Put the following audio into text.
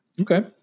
Okay